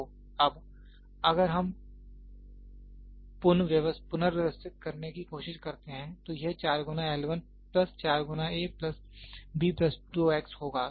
तो अब अगर हम पुनर्व्यवस्थित करने की कोशिश करते हैं तो यह 4 गुना L 1 प्लस 4 गुना a plus b plus 2 x होगा